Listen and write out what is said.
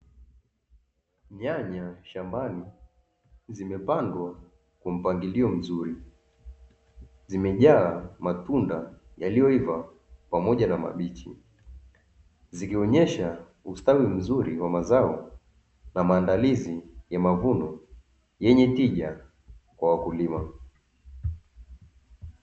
Nyanya shambani zimepandwa kwa mpangilio mzuri, zimejaa matunda yaliyoiva pamoja na mabichi. Zikionyesha ustawi mzuri wa mazao kwa maandalizi ya mavuno yenye tija kwa wakulima.